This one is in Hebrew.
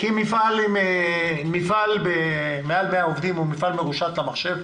--- מפעל עם מעל 100 עובדים הוא מפעל מרושת למחשב.